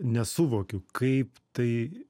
nesuvokiu kaip tai